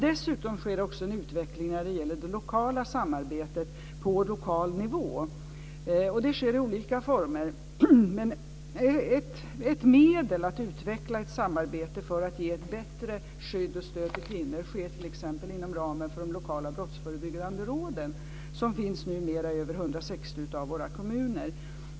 Dessutom sker det också en utveckling när det gäller det lokala samarbetet på lokal nivå. Det sker i olika former. Ett medel för att utveckla ett samarbete för att ge bättre skydd och stöd till kvinnor sker t.ex. inom ramen för de lokala brottsförebyggande råden, som numera finns i över 160 av våra kommuner.